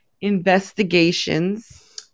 investigations